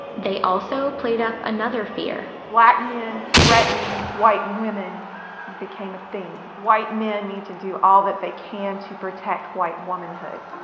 they also played up another fear. black men threatening white women became a theme. white men need to do all that they can to protect white womanhood.